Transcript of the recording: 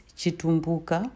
Chitumbuka